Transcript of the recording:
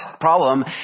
problem